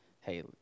hey